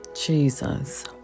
Jesus